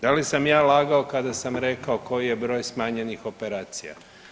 Da li sam ja lagao kada sam rekao koji je broj smanjenih operacija?